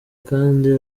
kandi